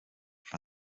for